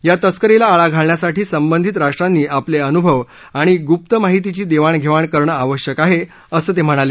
या तस्करीला आळा घालण्यासाठी संबंधित राष्ट्रांनी आपले अनुभव आणि गुप्त माहितीची देवाण घेवाण करणं आवश्यक आहे असं ते म्हणाले